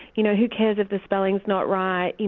you know who cares if the spelling is not right, you know